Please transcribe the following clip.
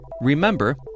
remember